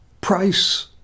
price